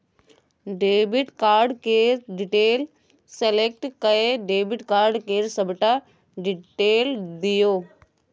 debit card केर detail select कए debit card केर सबटा डिटेल दियौ